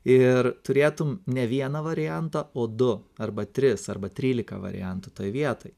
ir turėtum ne vieną variantą o du arba tris arba trylika variantų toj vietoj